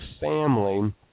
family